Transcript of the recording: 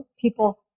People